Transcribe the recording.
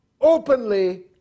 openly